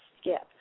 skip